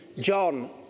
John